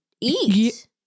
eat